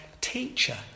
teacher